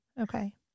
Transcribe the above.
Okay